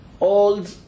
old